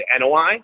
NOI